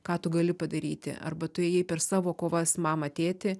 ką tu gali padaryti arba tu ėjai per savo kovas mamą tėtį